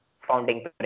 founding